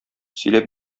сөйләп